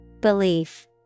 Belief